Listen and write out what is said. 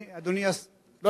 עובדים בשבת או לא עובדים בשבת?